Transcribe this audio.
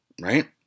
right